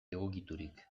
egokiturik